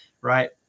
right